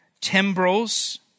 timbrels